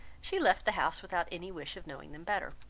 she left the house without any wish of knowing them better.